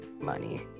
money